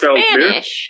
Spanish